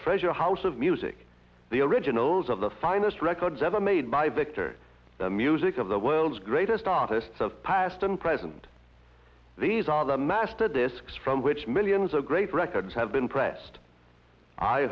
treasure house of music the originals of the finest records ever made by victor the music of the world's greatest artists of past and present these are the master discs from which millions of great records have been pressed i